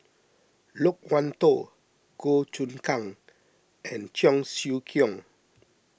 Loke Wan Tho Goh Choon Kang and Cheong Siew Keong